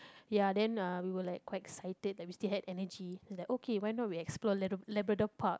ya then uh we were like quite excited and we still have energy is like okay why not we explore Labrador Park